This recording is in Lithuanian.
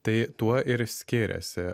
tai tuo ir skiriasi